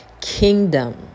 kingdom